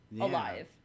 alive